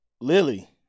Lily